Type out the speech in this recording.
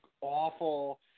awful